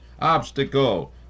obstacle